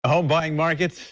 home buying market?